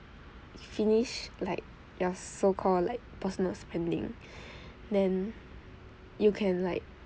finish like your so call like personal spending then you can like